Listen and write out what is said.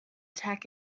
tack